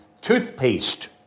toothpaste